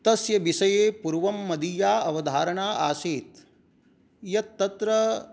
तस्य विषये पूर्वं मदीया अवधारणा आसीत् यत् तत्र